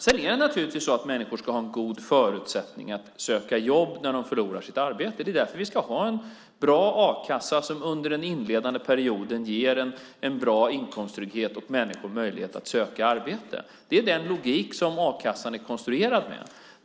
Det är naturligtvis så att människor ska ha goda förutsättningar att söka jobb när de förlorar sitt arbete. Det är därför vi ska ha en bra a-kassa som under den inledande perioden ger en bra inkomsttrygghet och ger människor möjlighet att söka arbete. Det är den logik som a-kassan är konstruerad med.